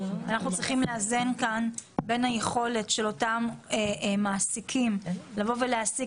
אנחנו צריכים לאזן כאן בין היכולת של אותם מעסיקים להעסיק